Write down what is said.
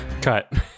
Cut